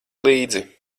līdzi